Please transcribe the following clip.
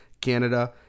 Canada